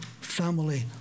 family